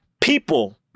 people